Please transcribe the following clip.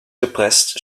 gepresst